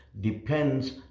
depends